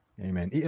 amen